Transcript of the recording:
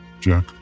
Jack